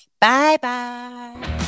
Bye-bye